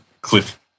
cliff